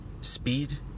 speed